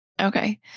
Okay